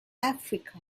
africa